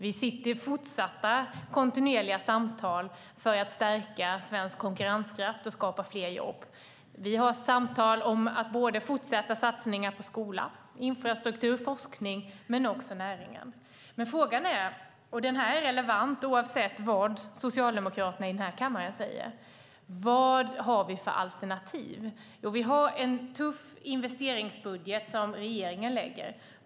Vi för kontinuerliga samtal för att stärka svensk konkurrenskraft och skapa fler jobb. Vi har samtal om fortsatta satsningar på skola, infrastruktur, forskning och också näringen. En fråga som är relevant oavsett vad Socialdemokraterna i denna kammare säger är: Vad har vi för alternativ? Vi har en tuff investeringsbudget som vi lägger fram.